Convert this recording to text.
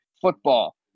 football